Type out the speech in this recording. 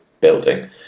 building